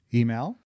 email